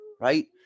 right